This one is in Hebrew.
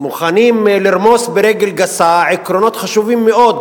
מוכנים לרמוס ברגל גסה עקרונות חשובים מאוד